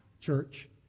church